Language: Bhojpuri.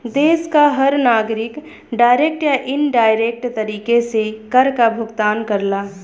देश क हर नागरिक डायरेक्ट या इनडायरेक्ट तरीके से कर काभुगतान करला